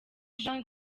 jean